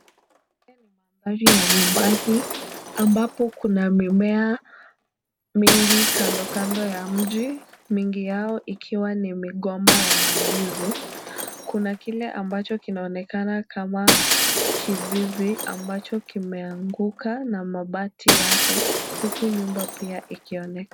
Yale ni mandhari ya nyumbani ambapo kuna mimea mingi kando kando ya mji, mingi yao ikiwa ni migoma ya mandizi. Kuna kile ambacho kinaonekana kama kizizi ambacho kimeanguka na mabati yake, huku nyumba pia ikionekana.